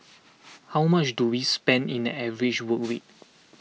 how much do we spend in an average work week